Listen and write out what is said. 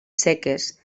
seques